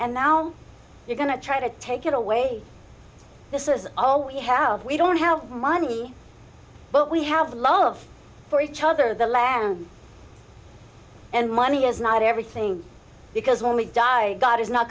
and now you're going to try to take it away this is all we have we don't have money but we have love for each other the land and money is not everything because when we die god is not